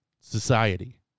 society